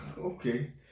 okay